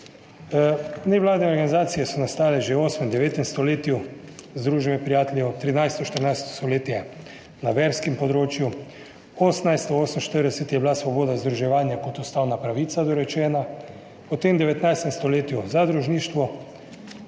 Nevladne organizacije so nastale že v 8., 9. stoletju. Združenje prijateljev 13., 14. stoletje na verskem področju, 1848 je bila svoboda združevanja kot ustavna pravica dorečena, potem v 19. stoletju zadružništvo.